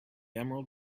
emerald